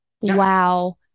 Wow